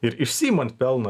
ir išsiimant pelną